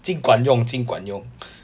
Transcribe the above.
尽管用尽管用